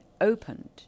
opened